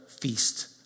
Feast